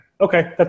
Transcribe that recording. okay